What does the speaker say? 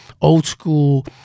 old-school